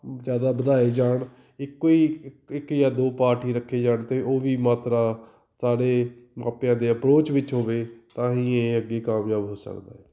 ਜ਼ਿਆਦਾ ਵਧਾਏ ਜਾਣ ਇੱਕੋ ਹੀ ਇੱਕ ਜਾਂ ਦੋ ਪਾਰਟ ਹੀ ਰੱਖੇ ਜਾਣ ਅਤੇ ਉਹ ਵੀ ਮਾਤਰਾ ਸਾਰੇ ਮਾਪਿਆਂ ਦੇ ਅਪਰੋਚ ਵਿੱਚ ਹੋਵੇ ਤਾਂ ਹੀ ਇਹ ਅੱਗੇ ਕਾਮਯਾਬ ਹੋ ਸਕਦਾ ਹੈ